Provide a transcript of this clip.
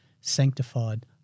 sanctified